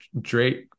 Drake